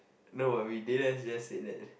no worries Deen just said that